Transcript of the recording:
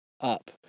up